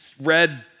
red